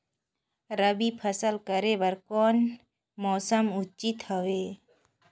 रबी फसल करे बर कोन मौसम उचित हवे?